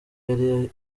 yari